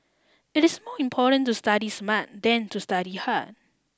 It is more important to study smart than to study hard